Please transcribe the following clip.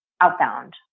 outbound